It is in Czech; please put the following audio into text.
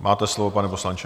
Máte slovo, pane poslanče.